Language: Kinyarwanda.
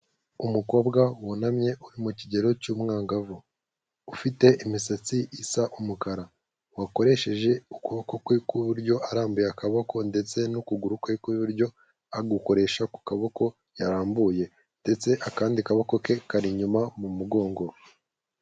Umukobwa wunamye uri mu kigero cy'umwangavu, ufite imisatsi isa umukara, wakoresheje ukuboko kwe kw'iburyo arambuye akaboko ndetse n'ukuguru kwe kw'iburyo agukoresha ku kaboko yarambuye ndetse akandi kaboko ke kari inyuma mu mugongo.